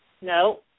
No